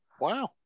Wow